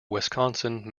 wisconsin